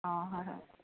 অঁ হয় হয়